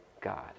God